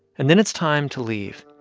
and then it's time to leave.